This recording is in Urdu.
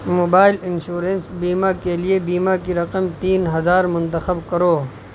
موبائل انشورنس بیمہ کے لیے بیمہ کی رقم تین ہزار منتخب کرو